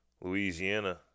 louisiana